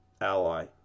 ally